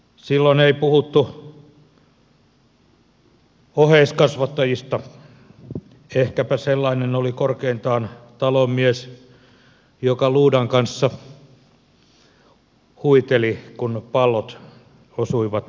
silloin ei puhuttu oheiskasvattajista ehkäpä sellainen oli korkeintaan talonmies joka luudan kanssa huiteli kun pallot osuivat ikkunaan